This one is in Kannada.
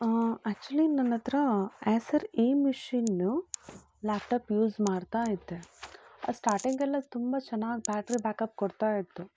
ಆ್ಯಕ್ಚುಲಿ ನನ್ನ ಹತ್ರ S R A machine laptop use ಮಾಡ್ತಾಯಿದ್ದೆ ಸ್ಟಾರ್ಟಿಂಗೆಲ್ಲ ತುಂಬ ಚೆನ್ನಾಗಿ ಬ್ಯಾಟ್ರಿ ಬ್ಯಾಕಪ್ ಕೊಡ್ತಾಯಿತ್ತು